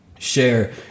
share